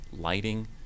lighting